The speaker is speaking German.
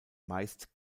meist